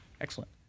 Excellent